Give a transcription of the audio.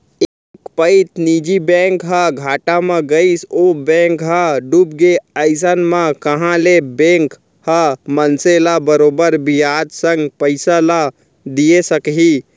एक पइत निजी बैंक ह घाटा म गइस ओ बेंक ह डूबगे अइसन म कहॉं ले बेंक ह मनसे ल बरोबर बियाज संग पइसा ल दिये सकही